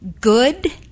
good